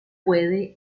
puede